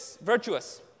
virtuous